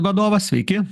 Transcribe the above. vadovas sveiki